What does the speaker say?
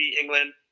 England